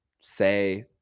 say